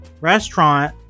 restaurant